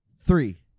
three